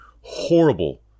Horrible